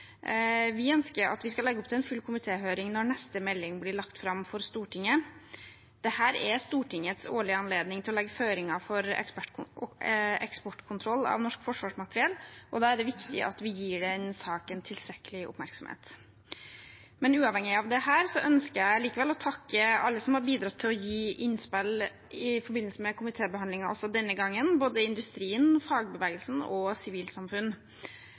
Vi ønsker at vi skal legge opp til en full komitéhøring når neste melding blir lagt fram for Stortinget. Dette er Stortingets årlige anledning til å legge føringer for eksportkontroll av norsk forsvarsmateriell, og da er det viktig at vi gir saken tilstrekkelig oppmerksomhet. Men uavhengig av dette ønsker jeg likevel å takke alle som har bidratt til å gi innspill i forbindelse med komitébehandlingen også denne gangen, både industrien, fagbevegelsen og sivilsamfunn.